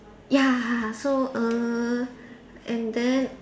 ya so err and then